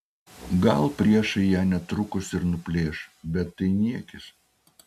gal priešai ją netrukus ir nuplėš bet tai niekis